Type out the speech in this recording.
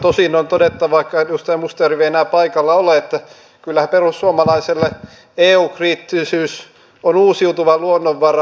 tosin on todettava vaikka edustaja mustajärvi ei enää paikalla ole että kyllähän perussuomalaisille eu kriittisyys on uusiutuva luonnonvara